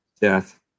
death